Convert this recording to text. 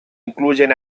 incluyen